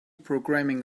programming